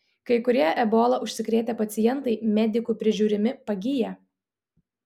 kai kurie ebola užsikrėtę pacientai medikų prižiūrimi pagyja